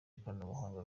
ikoranabuhanga